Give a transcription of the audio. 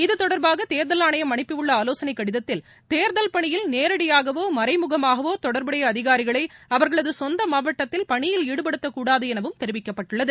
இதுதொடர்பாக தேர்தல் ஆணையம் அனுப்பியுள்ள ஆலோசனைக் கடிதத்தில் தேர்தல் பணியில் நேரடியாகவோ மறைமுகமாகவோ தொடர்புடைய அதிகாரிகளை அவர்களது சொந்த மாவட்டத்தில் பணியில் ஈடுபடுத்தக்கூடாது எனவும் தெரிவிக்கப்பட்டுள்ளது